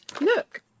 look